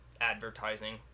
advertising